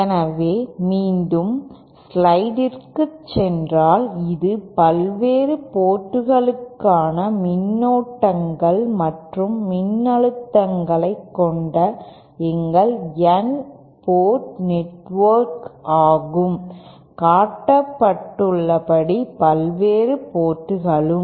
எனவே மீண்டும் ஸ்லைடிற்குச் சென்றால் இது பல்வேறு போர்ட்களுக்கானமின்னோட்டங்கள் மற்றும் மின்னழுத்தங்களைக் கொண்ட எங்கள் N போர்ட் நெட்வொர்க் ஆகும் காட்டப்பட்டுள்ளபடி பல்வேறு போர்ட்களுக்கு